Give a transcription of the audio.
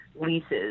leases